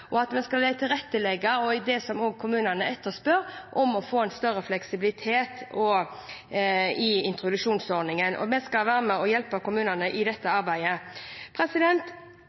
og at vi skal tilrettelegge for det som også kommunene etterspør, en større fleksibilitet i introduksjonsordningen. Vi skal være med og hjelpe kommunene i dette arbeidet.